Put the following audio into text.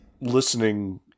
Listening